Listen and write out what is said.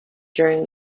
during